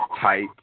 type